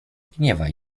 gniewaj